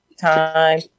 Time